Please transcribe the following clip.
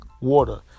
water